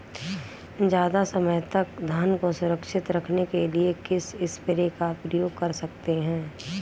ज़्यादा समय तक धान को सुरक्षित रखने के लिए किस स्प्रे का प्रयोग कर सकते हैं?